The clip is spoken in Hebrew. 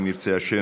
אם ירצה השם,